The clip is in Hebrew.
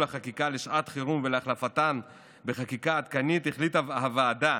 חקיקה לשעת חירום ולהחלפתה בחקיקה עדכנית החליטה הוועדה